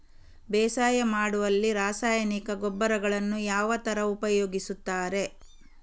ಬೇಸಾಯ ಮಾಡುವಲ್ಲಿ ರಾಸಾಯನಿಕ ಗೊಬ್ಬರಗಳನ್ನು ಯಾವ ತರ ಉಪಯೋಗಿಸುತ್ತಾರೆ?